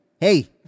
hey